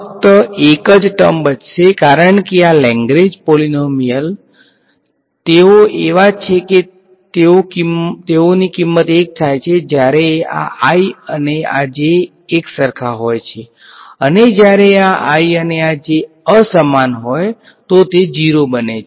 ફક્ત એક જ ટર્મ બચશે કારણ કે આ લેગ્રેન્જ પોલીનોમીયલ તેઓ એવા છે કે તેઓ કીંમત એક થાય છે જયારે આ i અને આ i એક સરખા હોય છે અને જ્યારે આ i આ j અસમાન હોય તો તે 0 બને છે